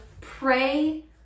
pray